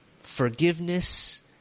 forgiveness